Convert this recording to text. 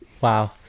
Wow